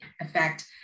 effect